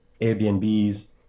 airbnbs